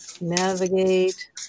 navigate